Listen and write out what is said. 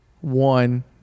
one